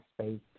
space